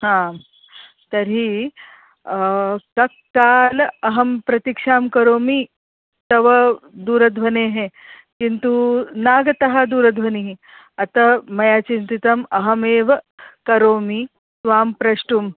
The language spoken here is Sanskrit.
आं तर्हि तत्काले अहं प्रतीक्षां करोमि तव दूरध्वनेः किन्तु नागता दूरध्वनिः अतः मया चिन्तितम् अहमेव करोमि त्वां प्रष्टुं